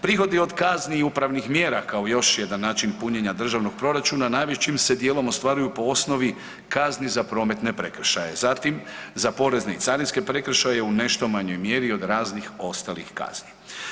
Prihodi od kazni i upravnih mjera kao još jedan način punjenja državnog proračun anajvećim se dijelom ostvaruju po osnovi kazni za prometne prekršaje, zatim za porezne i carinske prekršaje u nešto manjoj mjeri od raznih ostalih kazni.